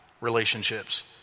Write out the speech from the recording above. relationships